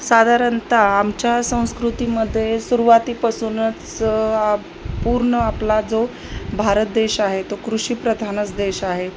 साधारणतः आमच्या संस्कृतीमध्ये सुरुवातीपासूनच पूर्ण आपला जो भारत देश आहे तो कृषीप्रधानच देश आहे